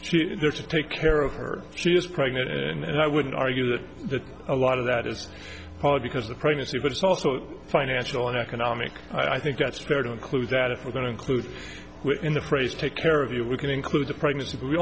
is there to take care of her she is pregnant and i would argue that that a lot of that is probably because the pregnancy but it's also financial and economic i think that's fair to include that if we're going to include in the phrase take care of you we can include a pregnancy but we